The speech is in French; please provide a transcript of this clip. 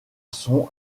sont